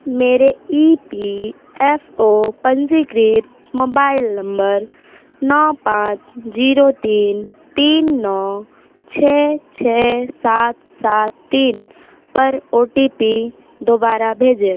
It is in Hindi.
मेरे ई पी एफ़ ओ पंजीकृत मोबाइल नंबर नौ पाच ज़ीरो तीन तीन नौ छः छः सात सात तीन पर ओ टी पी दोबारा भेजें